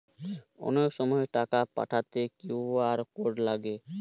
অনেক সময় টাকা পাঠাতে কিউ.আর কোড লাগে